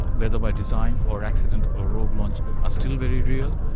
whether by design or accident or rogue launch are still very real.